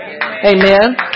Amen